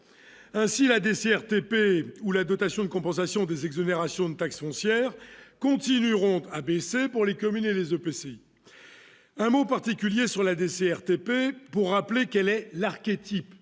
desserte épais ou la dotation de compensation des exonérations de taxes foncières continueront à baisser pour les communes et les EPCI un mot particulier sur la desserte pour rappeler, elle est l'archétype